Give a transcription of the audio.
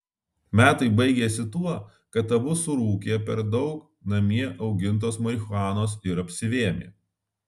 metai baigėsi tuo kad abu surūkė per daug namie augintos marihuanos ir apsivėmė